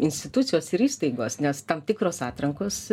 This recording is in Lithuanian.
institucijos ir įstaigos nes tam tikros atrankos